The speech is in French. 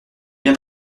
bien